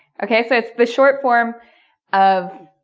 okay so it's the short form of,